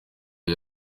iyo